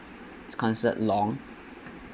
is considered long